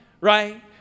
right